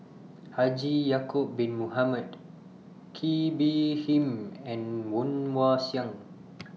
Haji Ya'Acob Bin Mohamed Kee Bee Khim and Woon Wah Siang